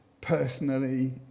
personally